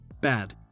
bad